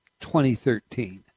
2013